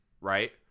right